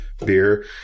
beer